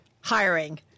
hiring